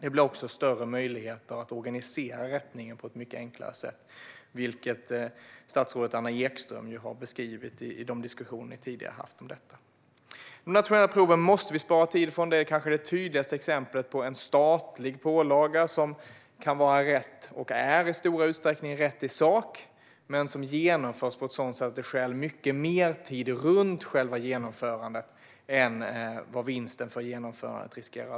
Det blir också större möjlighet att organisera rättningen på ett enklare sätt, vilket statsrådet Anna Ekström har beskrivit i de diskussioner ni tidigare har haft. Måste vi spara tid från de nationella proven är det kanske det tydligaste exemplet på ett statligt påbud som i stor utsträckning är rätt i sak men som genomförs på ett sådant sätt att det stjäl mycket mer tid runt själva genomförandet än vad vinsten för genomförandet blir.